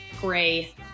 gray